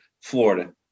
Florida